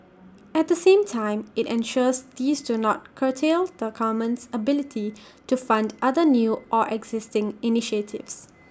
at the same time IT ensures these do not curtail the government's ability to fund other new or existing initiatives